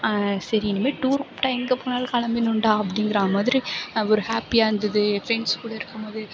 சரி இனிமேல் டூர் கூப்பிட்டா எங்கே போனாலும் கெளம்பிடணும்டா அப்படிங்கிறா மாதிரி ஒரு ஹாப்பியாக இருந்தது என் ஃப்ரெண்ட்ஸ் கூட இருக்கும் போது